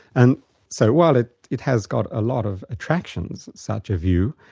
and so while it it has got a lot of attractions, such a view,